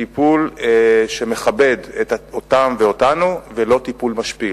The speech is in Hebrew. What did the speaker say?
טיפול שמכבד אותם ואותנו, ולא טיפול משפיל.